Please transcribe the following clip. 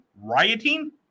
rioting